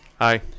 Hi